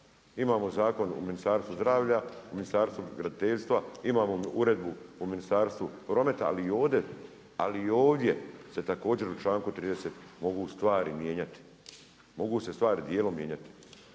imamo zakon u Ministarstvu zdravlja u Ministarstvu graditeljstva, imamo uredbu u Ministarstvu prometa ali i ovdje se također u članku 30. mogu stvari mijenjati, mogu se stvari dijelom mijenjati.